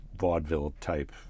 vaudeville-type